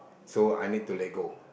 so I need to let go